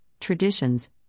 traditions